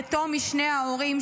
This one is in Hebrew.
יתום משני ההורים,